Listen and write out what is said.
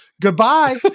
Goodbye